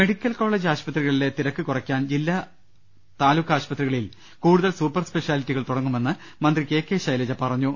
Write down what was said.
medical college ആശുപത്രികളിലെ തിരക്ക് കുറക്കാൻ ജില്ലാ താലൂക്ക് ആശുപത്രികളിൽ കൂടുതൽ സൂപ്പർ സ്പെഷ്യാലിറ്റികൾ തുടങ്ങുമെന്ന് മന്ത്രി കെ കെ ശൈലജ പറഞ്ഞു